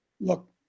look